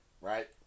right